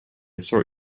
sort